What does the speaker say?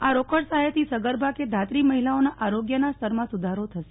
આ રોકડ સહાયથી સગર્ભા કે ધાત્રી મહિલાઓના આરોગ્યના સ્તરમાં સુધારો થશે